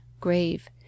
grave